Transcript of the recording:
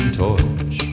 torch